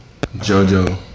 Jojo